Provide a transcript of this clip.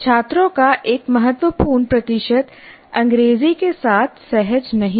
छात्रों का एक महत्वपूर्ण प्रतिशत अंग्रेजी के साथ सहज नहीं है